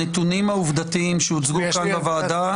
הנתונים העובדתיים שהוצגו כאן בוועדה